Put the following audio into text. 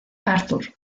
arthur